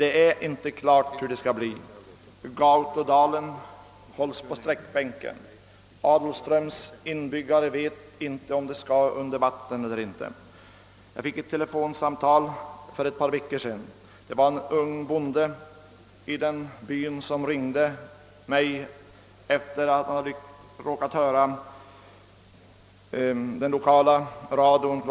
Det är inte klart hur det skall bli, och Gautodalen hålls ännu på sträckbänken. Adolfströms invånare vet inte om deras hem skall sättas under vatten eller inte. Jag fick för ett par veckor sedan ett telefonsamtal från en ung bonde i denna by. Han ringde mig efter att på den lokala radion kl.